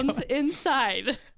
inside